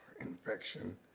infection